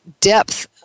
depth